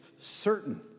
certain